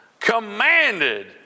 commanded